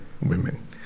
women